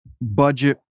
budget